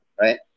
Right